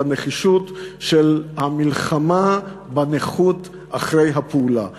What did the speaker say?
את הנחישות במלחמה בנכות אחרי הפעולה.